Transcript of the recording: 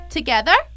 Together